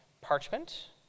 parchment